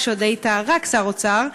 כשעוד היית רק שר אוצר,